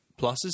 Pluses